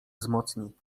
wzmocni